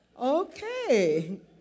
Okay